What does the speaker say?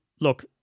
Look